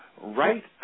right